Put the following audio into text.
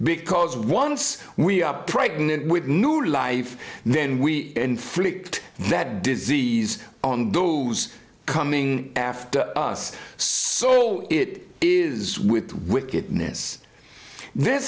because once we are pregnant with new life then we inflict that disease on those coming after us so it is with wickedness this